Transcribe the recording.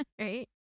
right